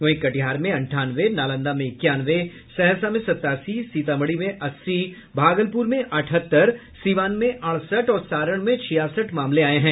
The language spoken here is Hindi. वहीं कटिहार में अंठानवे नालंदा में इक्यानवे सहरसा में सतासी सीतामढ़ी में अस्सी भागलपुर में अठहत्तर सीवान में अड़सठ और सारण में छियासठ मामले आये हैं